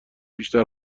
بیشتر